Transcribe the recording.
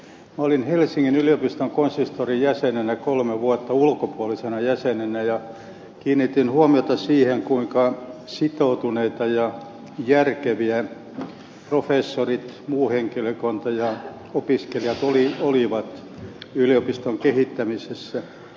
olin helsingin yliopiston konsistorin jäsenenä kolme vuotta ulkopuolisena jäsenenä ja kiinnitin huomiota siihen kuinka sitoutuneita ja järkeviä professorit muu henkilökunta ja opiskelijat olivat yliopiston kehittämisessä